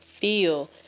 feel